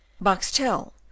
boxtel